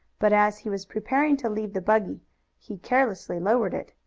but as he was preparing to leave the buggy he carelessly lowered it.